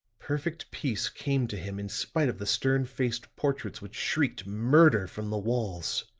perfect peace came to him in spite of the stern-faced portraits which shrieked murder from the walls.